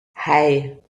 hei